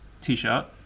t-shirt